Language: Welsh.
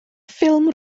ffilm